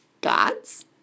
gods